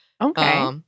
Okay